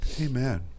Amen